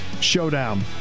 showdown